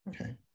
Okay